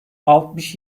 altmış